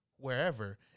wherever